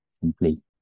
simply